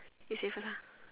you say first lah